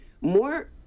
more